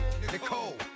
Nicole